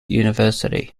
university